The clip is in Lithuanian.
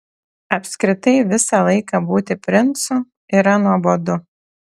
apskritai visą laiką būti princu yra nuobodu